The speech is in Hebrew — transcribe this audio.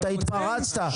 אתה התפרצת,